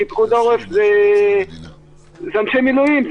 כי פיקוד העורף זה אנשי מילואים.